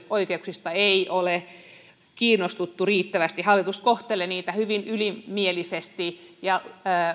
oikeuksista ei ole kiinnostuttu riittävästi hallitus kohtelee niitä hyvin ylimielisesti ja